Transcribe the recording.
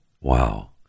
wow